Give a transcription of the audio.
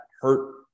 hurt